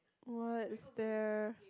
what's there